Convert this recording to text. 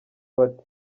bati